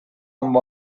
amb